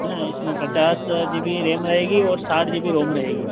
है ना इसमें पचास जीबी रेम रहेगी और साठ जीबी रोम रहेगी